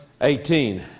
18